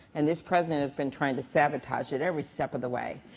and this president has been trying to sabotage it every step of the way,